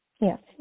Yes